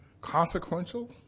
consequential